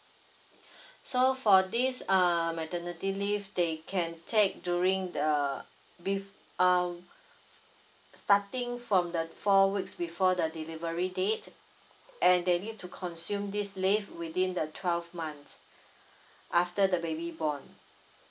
so for this err maternity leave they can take during the bef~ um starting from the four weeks before the delivery date and they need to consume this leave within the twelve months after the baby born